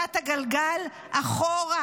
הזזת הגלגל אחורה,